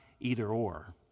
either-or